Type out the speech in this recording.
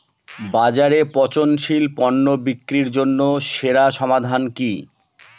বাজারে পচনশীল পণ্য বিক্রির জন্য সেরা সমাধান কি?